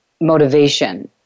motivation